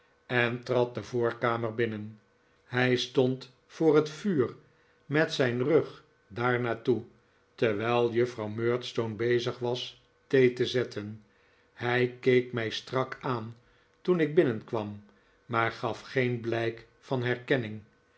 en trad de voorkamer binnen hij stond voor het vuur met zijn rug daar naar toe terwijl juffrouw murdstone bezig was thee te zetten hij keek mij strak aan toen ik binnenkwam maar gaf geen blijk van herkenning